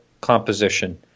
composition